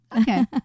Okay